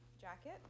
Jacket